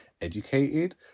educated